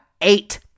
eight